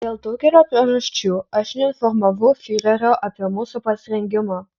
dėl daugelio priežasčių aš neinformavau fiurerio apie mūsų pasirengimą